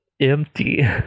empty